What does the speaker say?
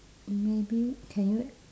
maybe can you